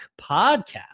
Podcast